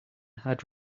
had